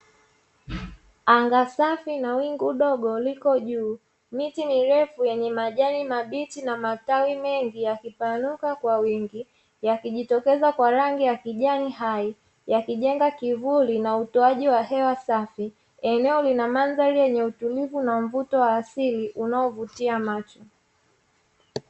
Anga safi na wingu dogo liko juu miti mirefu yenye majani mabichi na matawi mengi yakipanuka kwa wingi. Yakijitokeza kwa rangi ya kijani hai, yakijenga kivuli na utowaji wa hewa safi, eneo lina mandhari yenye utulivu na mvuto wa asili unaovutia macho.